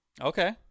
Okay